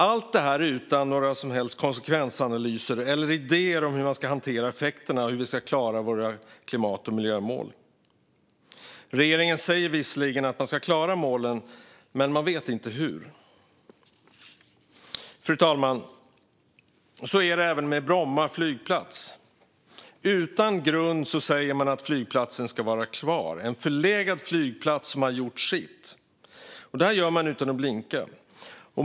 Allt detta sker utan några som helst konsekvensanalyser eller idéer om hur man ska hantera effekterna för att klara klimat och miljömålen. Regeringen säger visserligen att man ska klara målen, men man vet inte hur. Fru talman! Så är det även med Bromma flygplats. Utan grund säger man att flygplatsen ska vara kvar. Det är en förlegad flygplats som har gjort sitt. Det här gör man utan att blinka.